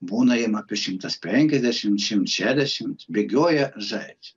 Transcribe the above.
būna jiem apie šimtas penkiasdešimt šimtas šešiasdešimt bėgioja žaidžia